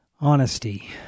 honesty